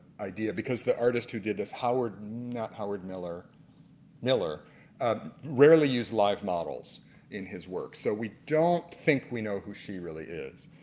idea because the artist did this howard not howard miller miller rarely used live models in his work. so we don't think we know who she really is.